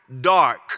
dark